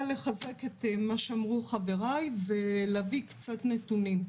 לחזק את מה שאמרו חבריי ולהביא קצת נתונים.